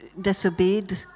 disobeyed